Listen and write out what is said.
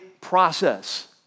process